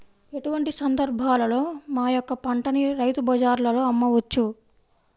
ఎటువంటి సందర్బాలలో మా యొక్క పంటని రైతు బజార్లలో అమ్మవచ్చు?